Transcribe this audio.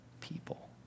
people